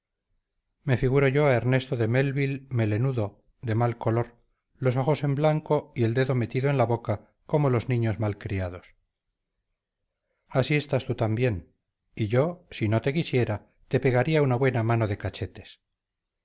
me figuro yo a ernesto de melville melenudo de mal color los ojos en blanco y el dedo metido en la boca como los niños mal criados así estás tú también y yo si no te quisiera te pegaría una buena mano de cachetes